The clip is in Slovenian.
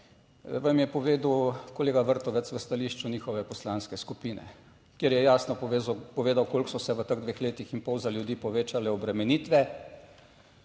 vam je povedal kolega Vrtovec v stališču njihove poslanske skupine, kjer je jasno povedal koliko so se v teh dveh letih in pol za ljudi povečale obremenitve,